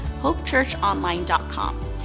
HopeChurchOnline.com